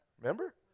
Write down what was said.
Remember